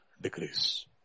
decrease